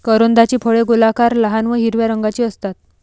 करोंदाची फळे गोलाकार, लहान व हिरव्या रंगाची असतात